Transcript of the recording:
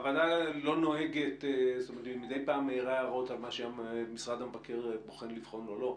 הוועדה מדי פעם מעירה הערות על מה שמשרד המבקר בוחר לבחון או לא,